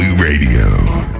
Radio